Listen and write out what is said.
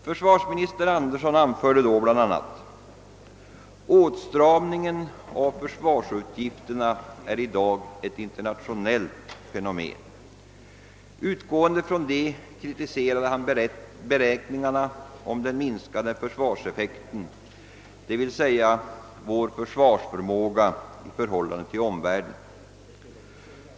Försvarsminister Andersson anförde då bl.a.: »Åtstram ningen av försvarsutgifterna är i dag ett internationellt fenomen.» Utgående från detta kritiserade han beräkningarna om den minskande försvarseffekten, d. v. s. vår försvarsförmåga i förhållande till omvärlden.